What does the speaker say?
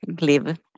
live